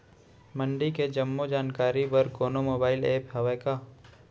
मंडी के जम्मो जानकारी बर कोनो मोबाइल ऐप्प हवय का?